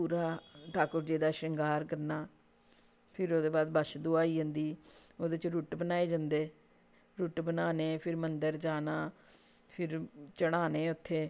पूरा ठाकुर जी दा शिंगार करना फिर ओह्दे बाद बच्छ दुआ आई जन्दी ओह्दे च रूट बनाए जन्दे रुट्ट बनाने फिर मंदर जाना फिर चढ़ाने उत्थै